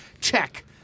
Check